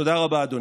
תודה רבה, אדוני.